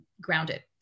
grounded